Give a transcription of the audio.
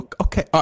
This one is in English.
Okay